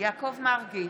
יעקב מרגי,